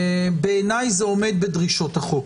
בעיניי זה עומד בדרישות החוק.